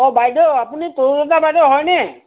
অঁ বাইদেউ আপুনি তৰুলতা বাইদেউ হয়নে